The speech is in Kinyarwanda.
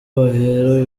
bahera